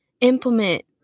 implement